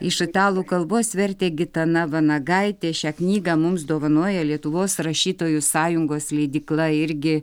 iš italų kalbos vertė gitana vanagaitė šią knygą mums dovanoja lietuvos rašytojų sąjungos leidykla irgi